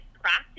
practice